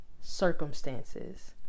circumstances